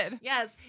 Yes